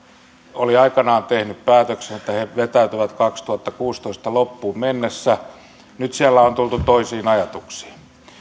oli aikanaan tehnyt päätöksen että he vetäytyvät vuoden kaksituhattakuusitoista loppuun mennessä nyt siellä on tultu toisiin ajatuksiin